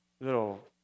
little